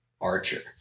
Archer